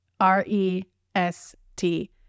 R-E-S-T